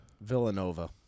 Villanova